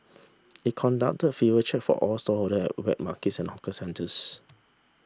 it conducted fever check for all stallholder at wet markets and hawker centres